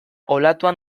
olatuan